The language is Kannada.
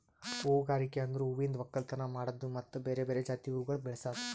ಹೂಗಾರಿಕೆ ಅಂದುರ್ ಹೂವಿಂದ್ ಒಕ್ಕಲತನ ಮಾಡದ್ದು ಮತ್ತ ಬೇರೆ ಬೇರೆ ಜಾತಿ ಹೂವುಗೊಳ್ ಬೆಳಸದ್